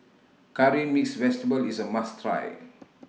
Curry Mixed Vegetable IS A must Try